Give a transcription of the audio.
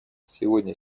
сегодня